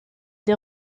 des